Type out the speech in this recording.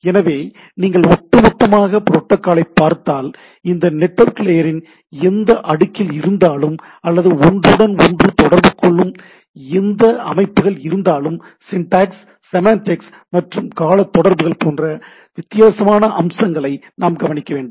எனவே நீங்கள் ஒட்டுமொத்தமாக புரோட்டோகாலை பார்த்தால் இந்த நெட்வொர்க் லேயரின் எந்த அடுக்கில் இருந்தாலும் அல்லது ஒன்றுடன் ஒன்று தொடர்பு கொள்ளும் எந்த அமைப்புகள் இருந்தாலும் சிண்டாக்ஸ் சிமென்டிக்ஸ் மற்றும் கால தொடர்புகள் போன்ற வித்தியாசமான அம்சங்களை நான் கவனிக்க வேண்டும்